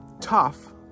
tough